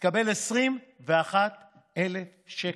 היא תקבל 21,000 שקל.